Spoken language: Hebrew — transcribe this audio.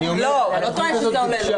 לא, הוא לא טוען שזה עולה לו.